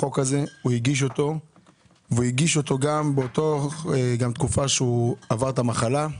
הוא הגיש את החוק הזה גם בתקופה שהוא עבר את המחלה.